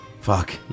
Fuck